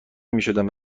میشدم